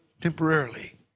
temporarily